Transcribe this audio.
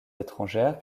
étrangères